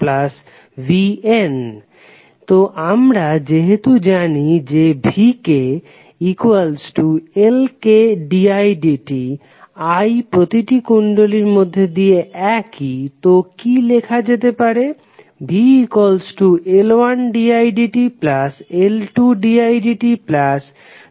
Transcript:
vv1v2vn তো আমরা যেহেতু জানি যে vkLkdidt i প্রতিটি কুণ্ডলীর মধ্যে দিয়ে একই তো কি লেখা যেতে পারে